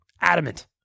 Adamant